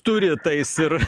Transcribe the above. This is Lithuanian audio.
turi tais ir